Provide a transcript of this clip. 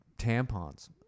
tampons